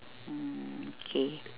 okay